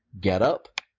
getup